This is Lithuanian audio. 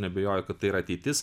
neabejoju kad tai yra ateitis